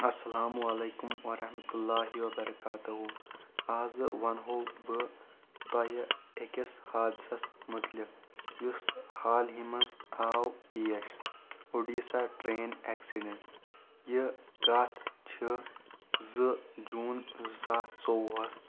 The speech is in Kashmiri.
اسلام عليكم ورحمة الله وبركاته آز ونہٕ ہو بہٕ تۄہہِ أکِس حادثس مُتلق یُس حالہٕے منٛز آو پیش اُڈیٖسا ٹرین اٮ۪کسڈنٛٹ یہِ کتھ چھِ زٕ جوٗن زٕ ساس ژۄوُہس